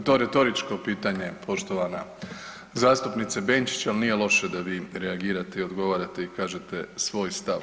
Bilo je to retoričko pitanje poštovana zastupnice Benčić, al nije loše da vi reagirate i odgovarate i kažete svoj stav.